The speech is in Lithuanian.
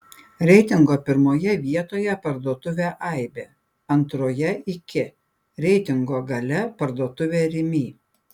reitingo pirmoje vietoje parduotuvė aibė antroje iki reitingo gale parduotuvė rimi